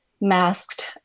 masked